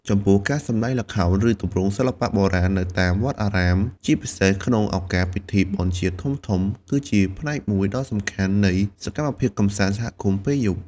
ចំពោះការសម្ដែងល្ខោន ឬទម្រង់សិល្បៈបុរាណនៅតាមវត្តអារាម ជាពិសេសក្នុងឱកាសពិធីបុណ្យជាតិធំៗ គឺជាផ្នែកមួយដ៏សំខាន់នៃសកម្មភាពកម្សាន្តសហគមន៍ពេលយប់។